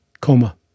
coma